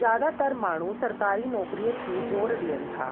ज्यादातर माण्हू सरकारी नौकिरीअ खे ज़ोरु ॾियनि था